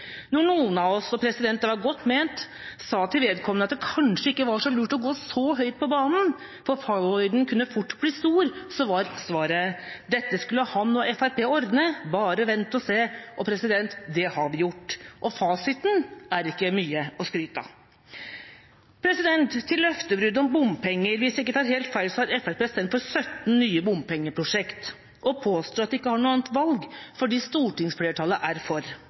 Når noen av oss – og det var godt ment – sa til vedkommende at det kanskje ikke var så lurt å gå så høyt på banen, for fallhøyden kunne fort bli stor, var svaret at dette skulle han og Fremskrittspartiet ordne, bare vent og se. Det har vi gjort, og fasiten er ikke mye å skryte av. Til løftebruddet om bompenger: Hvis jeg ikke tar helt feil, har Fremskrittspartiet stemt for 17 nye bompengeprosjekter. De påstår at de ikke har noe annet valg fordi stortingsflertallet er for.